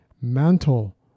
mantle